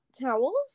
towels